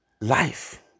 life